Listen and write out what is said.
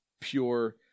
pure